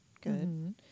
good